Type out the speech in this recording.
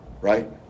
right